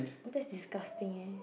that's disgusting eh